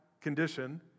condition